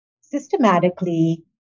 systematically